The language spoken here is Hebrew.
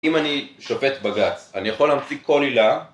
אם אני שופט בגץ, אני יכול להמציא כל עילה